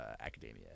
academia